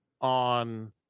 on